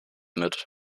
mit